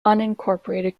unincorporated